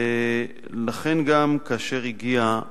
לכן גם, כאשר הגיעה